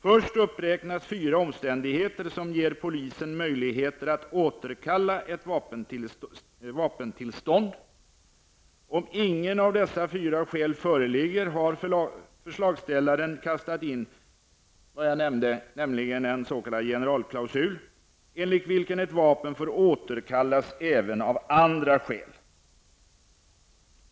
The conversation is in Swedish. Först uppräknas fyra omständigheter som ger polisen möjligheter att återkalla ett vapentillstånd. Om ingen av dessa fyra skäl föreligger har förslagsställaren kastat in en 'generalklausul' enligt vilket ett vapen får återkallas även av andra skäl.